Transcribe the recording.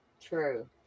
True